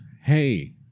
hey